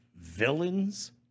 villains